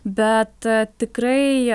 bet tikrai